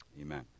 Amen